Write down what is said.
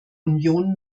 union